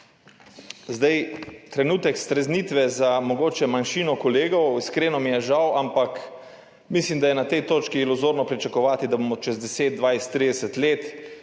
Trenutek streznitve za mogoče manjšino kolegov, iskreno mi je žal, ampak mislim, da je na tej točki iluzorno pričakovati, da bomo čez 10, 20, 30 let